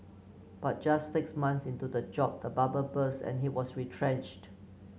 but just six months into the job the bubble burst and he was retrenched